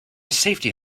safety